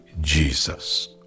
Jesus